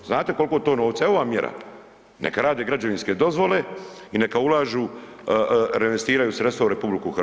Znate koliko je to novca, evo vam mjera neka rade građevinske dozvole i neka ulažu reinvestiraju sredstva u RH.